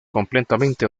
completamente